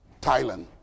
Thailand